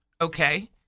Okay